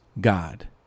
God